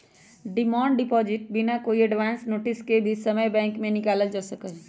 demand deposit बिना कोई advance notice के कोई भी समय बैंक से निकाल्ल जा सका हई